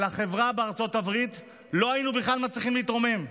לא היינו מצליחים להתרומם בכלל.